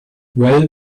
well